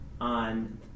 on